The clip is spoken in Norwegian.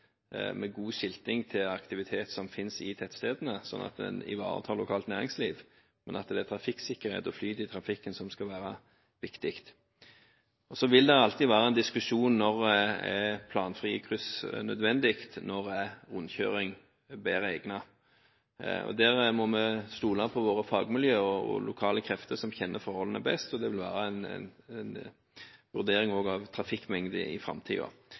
med god skilting til aktivitet som finnes i tettstedene, slik at en ivaretar lokalt næringsliv, men at det er trafikksikkerhet og flyt i trafikken som skal være viktig. Så vil det alltid være en diskusjon om når planfrie kryss er nødvendig, og når rundkjøring er bedre egnet, og der må vi stole på våre fagmiljøer og lokale krefter som kjenner forholdene best, og det vil også være en vurdering av trafikkmengde i